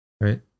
right